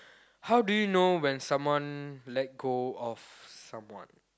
how do you know when someone let go of someone